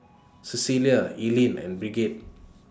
Cecelia Eileen and Brigitte